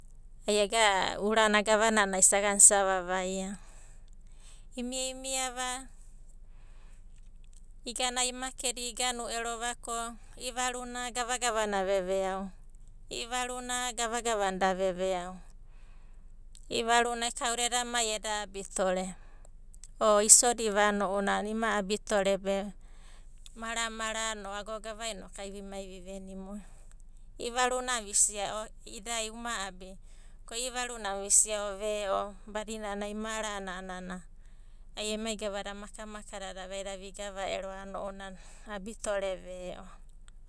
Ai ega urana gavanana isagana isa vavaia. Imia imiava igana i makedi i;ivaruna gagava na veveau, i'ivaruna gava gavana veveai, i'ivaruna gavagava na da veveau. I'ivaruna kauda eda mai eda abitore be, mara mara ani or ago gavai inoku vimai viveni. Ko i'ivaruna a'ana visia o ve'o badinana ai marana a'ana ai emai gavada makamaka dada vaida vigava ounanai abitore ve'o.